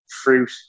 fruit